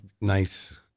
nice